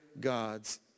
God's